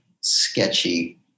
sketchy